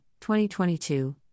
2022